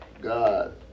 God